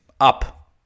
up